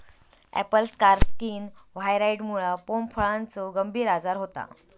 Apple scar skin व्हायरॉइडमुळा pome फळाचो गंभीर आजार होता